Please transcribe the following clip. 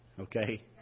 Okay